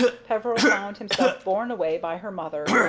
peveril found himself borne away by her mother,